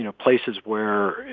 you know places where,